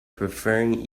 preferring